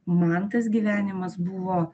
man tas gyvenimas buvo